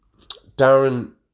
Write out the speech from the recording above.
Darren